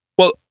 well,